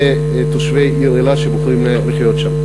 לתושבי העיר אילת שבוחרים לחיות שם.